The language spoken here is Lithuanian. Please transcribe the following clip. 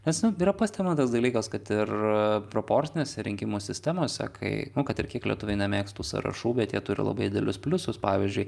nes yra pastebima tas dalykas kad ir proporcinėse rinkimų sistemose kai kad ir kiek lietuviai nemėgs tų sąrašų bet jie turi labai didelius pliusus pavyzdžiui